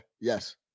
yes